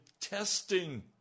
testing